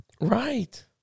Right